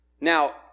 Now